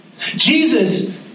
Jesus